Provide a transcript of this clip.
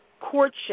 courtship